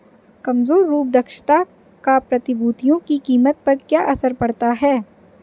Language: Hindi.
कमजोर रूप दक्षता का प्रतिभूतियों की कीमत पर क्या असर पड़ता है?